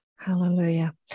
Hallelujah